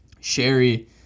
Sherry